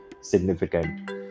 significant